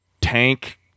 tank